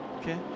Okay